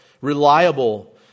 Reliable